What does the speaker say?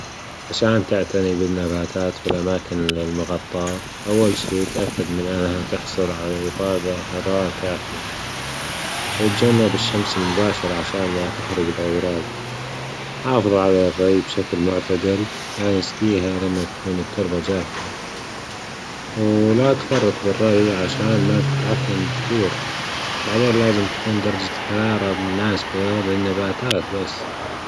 عشان تعتني بالنباتات في الأماكن المغطاة، أول شي إتأكد من إنها تحصل على إضاءة كافية، وتجنب الشمس المباشرة عشان ما تحرق الأوراق، حافظ على الري بشكل معتدل، يعني اسجيها لما تكون التربة جافة لا تفرط بالري عشان ما تتعفن الجذور، بعدين لازم تكون درجة الحرارة مناسبة للنباتات بس.